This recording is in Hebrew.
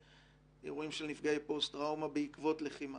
באירועים של נפגעי פוסט טראומה בעקבות לחימה.